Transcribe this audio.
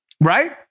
right